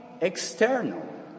external